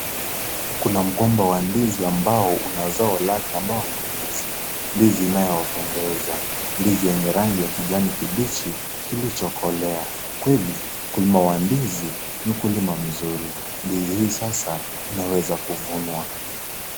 Kuna mgomba wa ndizi ambao una zao lake ambao ni ndizi. Ndizi inayopendeza. Ndizi yenye rangi ya kijani kibichi kilichokolea. Kweli, ukulima wa ndizi ni ukulima nzuri. Ndizi hii sasa inaweza kuvunwa.